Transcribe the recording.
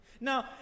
Now